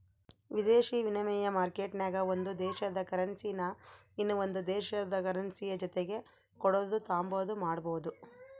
ವಿದೇಶಿ ವಿನಿಮಯ ಮಾರ್ಕೆಟ್ನಾಗ ಒಂದು ದೇಶುದ ಕರೆನ್ಸಿನಾ ಇನವಂದ್ ದೇಶುದ್ ಕರೆನ್ಸಿಯ ಜೊತಿಗೆ ಕೊಡೋದು ತಾಂಬಾದು ಮಾಡ್ಬೋದು